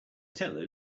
teller